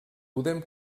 podem